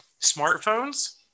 Smartphones